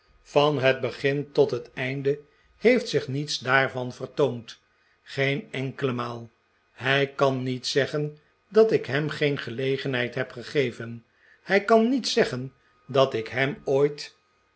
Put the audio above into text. van het begin tot het einde heeft z'ich niets daarvan vertoond geen enkele maal hij kan met zeggen dat ik hem geen gelegenheid heb gegeven hij kan niet zeggen dat ik hem ooit